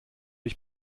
ich